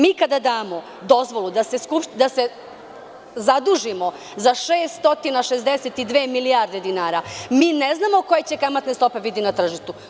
Mi kada damo dozvolu da se zadužimo za 662 milijarde dinara, mi ne znamo koje će kamate stope biti na tržištu.